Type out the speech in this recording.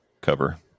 cover